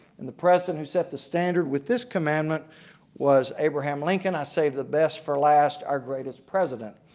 and the president who set the standard with this commandment was abraham lincoln. i saved the best for last. our greatest president.